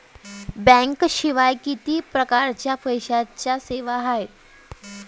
बँकेशिवाय किती परकारच्या पैशांच्या सेवा हाय?